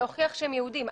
להוכיח שהם יהודים,